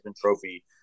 Trophy